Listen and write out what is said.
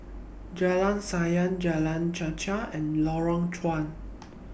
Jalan Sayang Jalan Chichau and Lorong Chuan